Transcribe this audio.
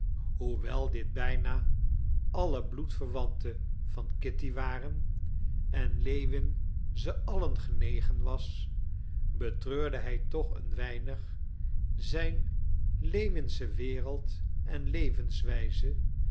hoewel dit bijna allen bloedverwanten van kitty waren en lewin ze allen genegen was betreurde hij toch een weinig zijn lewinsche wereld en levenswijze